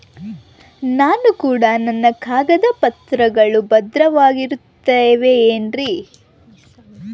ನಾನು ಕೊಡೋ ನನ್ನ ಕಾಗದ ಪತ್ರಗಳು ಭದ್ರವಾಗಿರುತ್ತವೆ ಏನ್ರಿ?